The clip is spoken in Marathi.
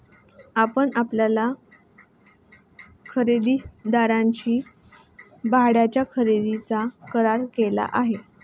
आपण आपल्या खरेदीदाराशी भाड्याच्या खरेदीचा करार केला आहे का?